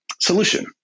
solution